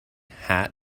hat